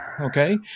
okay